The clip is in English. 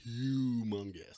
humongous